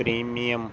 premium